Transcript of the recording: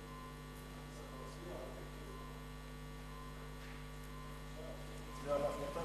הדובר הבא, חבר הכנסת דניאל בן-סימון,